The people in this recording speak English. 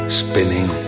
spinning